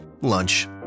Lunch